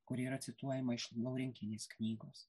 kuri yra cituojama iš laurinkienės knygos